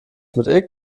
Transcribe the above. mit